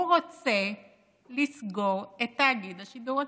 הוא רוצה לסגור את תאגיד השידור הציבורי,